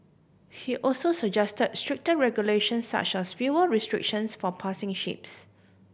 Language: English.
he also suggest stricter regulation such as fuel restrictions for passing ships